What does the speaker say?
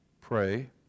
pray